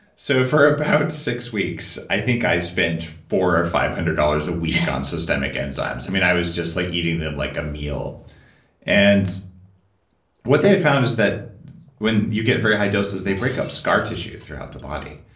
so for about six weeks, i think i spent four or five hundred dollars a week on systemic enzymes. i mean i was just like eating them like a meal and what they had found is that when you get very high doses, they break up scar tissue throughout the body.